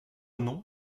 nom